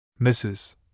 Mrs